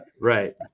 Right